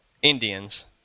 Indians